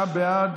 הצבעה.